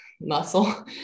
muscle